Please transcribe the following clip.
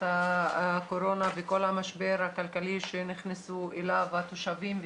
הקורונה וכל המשבר הכלכלי שנכנסו אליו התושבים,